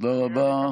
תודה רבה.